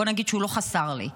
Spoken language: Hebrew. בואו נגיד שהוא לא חסר לי.